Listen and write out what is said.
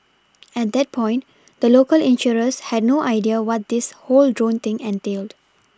at that point the local insurers had no idea what this whole drone thing entailed